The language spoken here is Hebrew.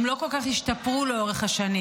הם לא כל כך השתפרו לאורך השנים.